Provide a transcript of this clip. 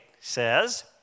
says